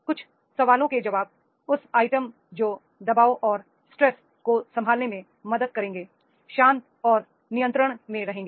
कुछ सवालों के जवाब उस आइटम जो दबाव और स्ट्रेस को संभालने में मदद करेंगे शांत और नियंत्रण में रहेंगे